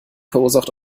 verursacht